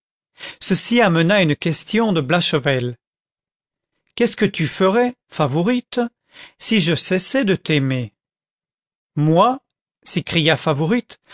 ceci amena une question de blachevelle qu'est-ce que tu ferais favourite si je cessais de t'aimer moi s'écria favourite